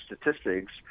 statistics